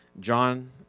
John